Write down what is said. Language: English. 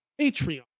Patreon